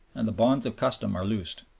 and the bonds of custom are loosed.